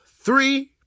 three